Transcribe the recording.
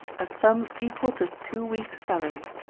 a sum equal to two weeks' salary.